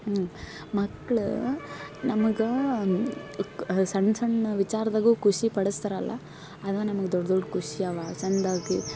ಹ್ಞೂ ಮಕ್ಕಳ ನಮಗೆ ಕ್ ಸಣ್ಣ ಸಣ್ಣ ವಿಚಾರ್ದಗು ಖುಷಿ ಪಡಸ್ತಾರಲ್ಲ ಅದು ನಮ್ಗೆ ದೊಡ್ಡ ದೊಡ್ಡ ಖುಷಿ ಅವ ಸಣ್ಣದಾಗಿ